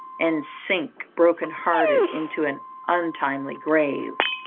and sink broken-hearted into an untimely grave.